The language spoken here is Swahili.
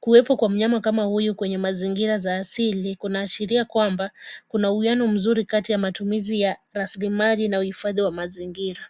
Kuwepo kwa mnyama kama huyu kwenye mazingira za asili kuna ashiria kwamba kuna uwiano mzuri kati ya matumizi ya rasilimali na uhifadhi wa mazingira.